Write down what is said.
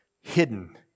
hidden